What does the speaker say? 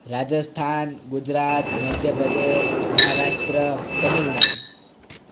Rajasthan Gujarat Madhya Pradesh Maharashtra Tamil Nadu